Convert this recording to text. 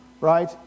right